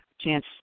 chance